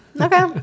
okay